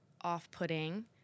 off-putting